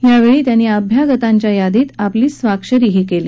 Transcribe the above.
यावेळी त्यांनी अभ्यागतांच्या यादीत आपली स्वाक्षरीही केली